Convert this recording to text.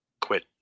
quit